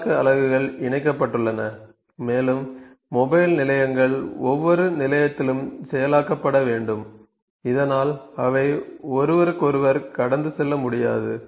செயலாக்க அலகுகள் இணைக்கப்பட்டுள்ளன மேலும் மொபைல் நிலையங்கள் ஒவ்வொரு நிலையத்திலும் செயலாக்கப்பட வேண்டும் இதனால் அவை ஒருவருக்கொருவர் கடந்து செல்ல முடியாது